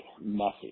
messy